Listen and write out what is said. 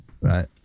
right